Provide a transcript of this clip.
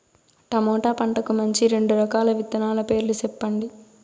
tomato పంటకు మంచి రెండు రకాల విత్తనాల పేర్లు సెప్పండి